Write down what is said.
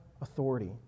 authority